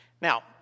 Now